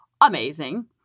amazing